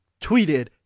tweeted